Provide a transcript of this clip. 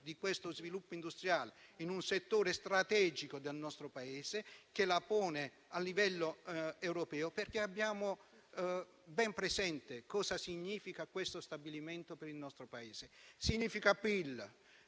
di questo sviluppo industriale in un settore strategico del nostro Paese che lo pone a livello europeo. Abbiamo infatti ben presente cosa significa questo stabilimento per il nostro Paese: PIL,